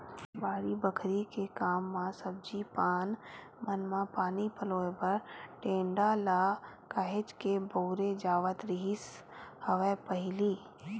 बाड़ी बखरी के काम म सब्जी पान मन म पानी पलोय बर टेंड़ा ल काहेच के बउरे जावत रिहिस हवय पहिली